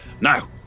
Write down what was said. Now